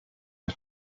der